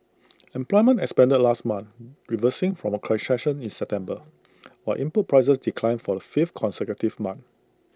employment expanded last month reversing from A contraction in September while input prices declined for the fifth consecutive month